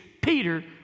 Peter